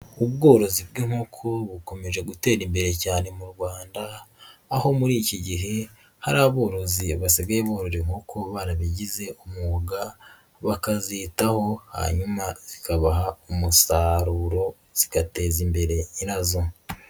Ubworozi bw'inkoko bukomeje gutera imbere cyane mu Rwanda, aho muri iki gihe hari aborozi basigaye borora inkoko barabigize umwuga, bakazitaho hanyuma zikabaha umusaruro zigateza imbere nyirazo.